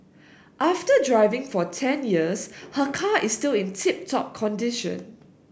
after driving for ten years her car is still in tip top condition